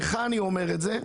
לך אני אומר את זה,